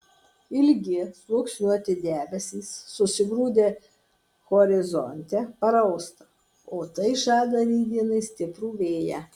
ilgi sluoksniuoti debesys susigrūdę horizonte parausta o tai žada rytdienai stiprų vėją